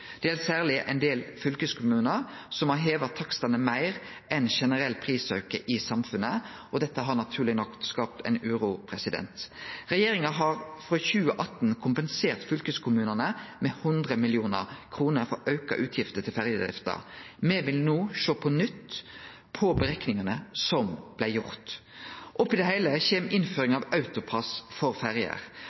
Det gjeld særleg ein del fylkeskommunar, som har heva takstane meir enn den generelle prisauken i samfunnet, og dette har naturleg nok skapt ei uro. Regjeringa har frå 2018 kompensert fylkeskommunane med 100 mill. kr for auka utgifter til ferjedrifta. Me vil no på nytt sjå på berekningane som blei gjorde. Oppe i det heile kjem innføringa av AutoPASS for ferjer.